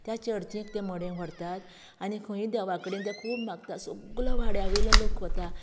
त्या चर्चिंत तें मडें व्हरतात आनी खंयूय देवा कडेन खूब मागतात सगलो वाड्या वयलो लोक वता